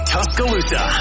Tuscaloosa